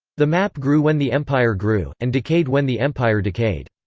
the map grew when the empire grew, and decayed when the empire decayed.